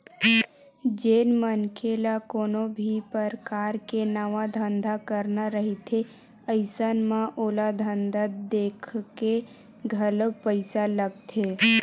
जेन मनखे ल कोनो भी परकार के नवा धंधा करना रहिथे अइसन म ओला धंधा देखके घलोक पइसा लगथे